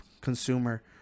consumer